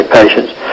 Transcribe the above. patients